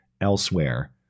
elsewhere